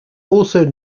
also